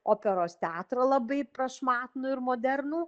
operos teatrą labai prašmatnų ir modernų